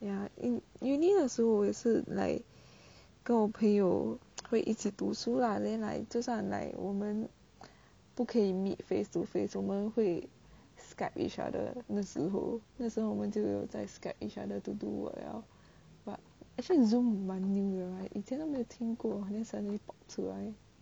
ya in uni 的时候我也是 like 跟我朋友会一起读书 lah then like 就算 like 我们不可以 meet face to face 我们会 skype each other 那时候那时候我们就有在 skype each other to do work liao but actually zoom 蛮 new 的 right 以前都没有听过 then suddenly pop 出来